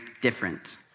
different